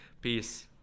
Peace